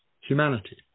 humanity